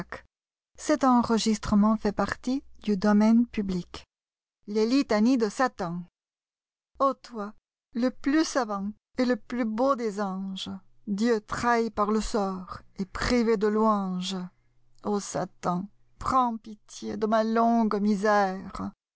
les litanies de satan o toi le plus savant ei le piuy beau des anges dieu trahi par le sort et prive de louanges aux satan prends pitié de ma longue misère